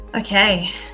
okay